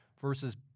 versus